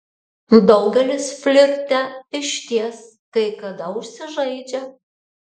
daugelis flirte išties kai kada užsižaidžia